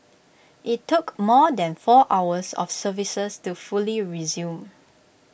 IT took more than four hours of services to fully resume